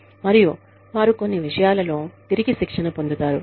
మరియు వారు కొన్ని విషయాలలో తిరిగి శిక్షణ పొందుతారు